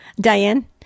Diane